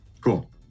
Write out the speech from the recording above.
cool